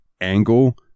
angle